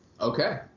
Okay